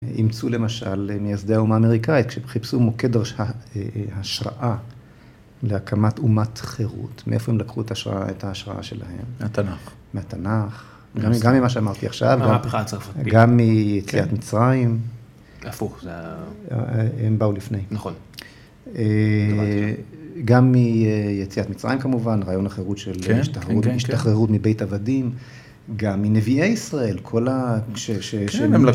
‫אימצו למשל מייסדי האומה האמריקאית, ‫כשחיפשו מוקד השראה ‫להקמת אומת חירות, ‫מאיפה הם לקחו את ההשראה שלהם? ‫מהתנך. ‫-מהתנך. ‫גם ממה שאמרתי עכשיו, ‫גם מהמהפכה הצרפתית, גם מיציאת מצרים. ‫זה הפוך, זה... ‫-הם באו לפני. ‫נכון. ‫גם מיציאת מצרים, כמובן, ‫רעיון החירות של השתחררות ‫מבית עבדים, גם מנביאי ישראל, ‫כל ה... ‫כש, כש, כן, הם...